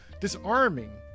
disarming